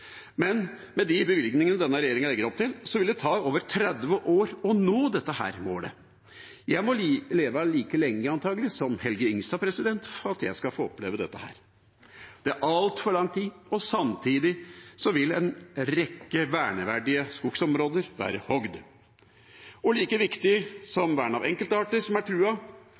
men med de bevilgningene denne regjeringa legger opp til, vil det ta over 30 år å nå dette målet. Jeg må antakelig leve like lenge som Helge Ingstad for at jeg skal få oppleve det. Det er altfor lang tid. Samtidig vil en rekke verneverdige skogsområder være hogd ned. Like viktig er det å verne enkeltarter som er